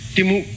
Timu